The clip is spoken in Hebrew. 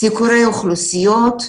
סיקורי אוכלוסיות,